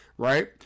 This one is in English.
Right